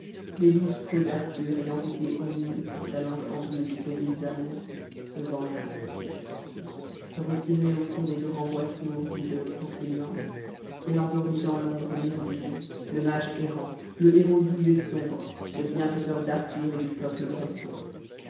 des douze preux d'arthur ayant été honnie pour sa langue envieuse et ses viles amours se vengea retirée au fond des grands bois sourds dits de hrocchande elle endormit dans l'ombre myrdhinn le mage errant le héros doux et sombre le bienfaiteur d'arthur et du peuple breton